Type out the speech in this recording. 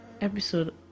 episode